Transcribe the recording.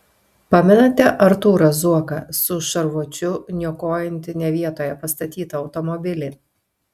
pamenate artūrą zuoką su šarvuočiu niokojantį ne vietoje pastatytą automobilį